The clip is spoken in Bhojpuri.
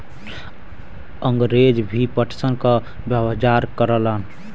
अंगरेज भी पटसन क बजार करलन